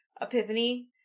epiphany